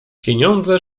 pieniądze